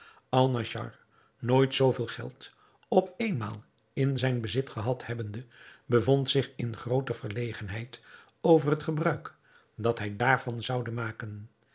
alnaschar nooit zoo veel geld op éénmaal in zijn bezit gehad hebbende bevond zich in groote verlegenheid over het gebruik dat hij daarvan zoude maken